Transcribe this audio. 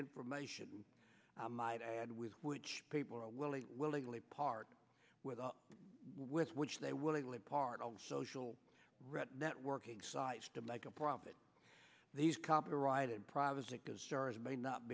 information i might add with which people are willing willingly part with with which they willingly part on social read networking sites to make a profit these copyrighted